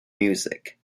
music